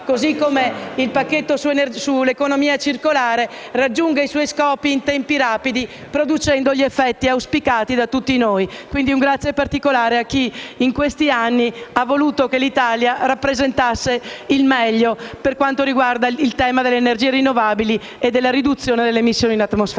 come il pacchetto sull'economia circolare raggiungano i loro scopi in tempi rapidi, producendo gli effetti auspicati da tutti noi. Rivolgo un ringraziamento particolare a chi, in questi anni, ha voluto che l'Italia rappresentasse il meglio per quanto riguarda il tema delle energie rinnovabili e della riduzione delle emissioni in atmosfera.